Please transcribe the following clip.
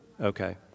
Okay